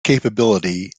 capability